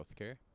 healthcare